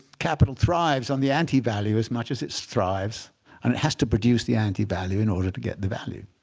capital thrives on the anti-value as much as it thrives and it has to produce the anti-value in order to get the value.